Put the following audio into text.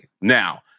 Now